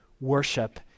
worship